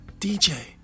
DJ